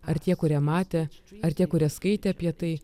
ar tie kurie matė ar tie kurie skaitė apie tai